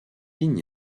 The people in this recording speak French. ligne